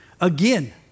Again